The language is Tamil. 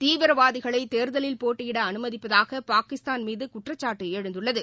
தீவிரவாதிகளை தேர்தலில் போட்டியிட அனுமதிப்பதாக பாகிஸ்தான் மீது குற்றச்சாட்டு எழுந்துள்ளது